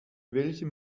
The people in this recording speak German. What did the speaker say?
welchem